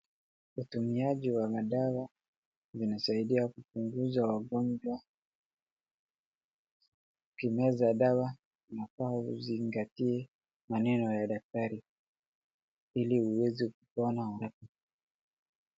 Utumiaji wa madawa zinasaidia kupunguza wagonjwa, ukimeza dawa unafaa uzingatie maneno ya daktari ili uweze kupona haraka.